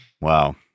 wow